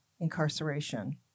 incarceration